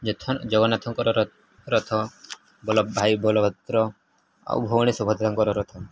ଜଗନ୍ନାଥଙ୍କର ରଥ ବଡ଼ ଭାଇ ବଳଭଦ୍ରଙ୍କର ରଥ ଆଉ ଭଉଣୀ ସୁଭଦ୍ରାଙ୍କର ରଥ